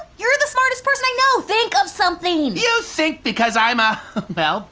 you're the smartest person i know! think of something! you think because i'm a well,